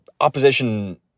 opposition